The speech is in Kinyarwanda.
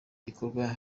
gikorwa